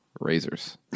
razors